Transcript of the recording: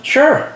Sure